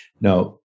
Now